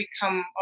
become